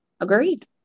Agreed